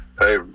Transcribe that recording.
hey